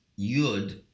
Yud